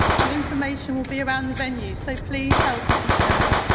and information will be around the venues, so please help if you can.